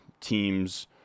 team's